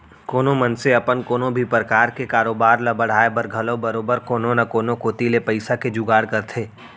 कोनो मनसे अपन कोनो भी परकार के कारोबार ल बढ़ाय बर घलौ बरोबर कोनो न कोनो कोती ले पइसा के जुगाड़ करथे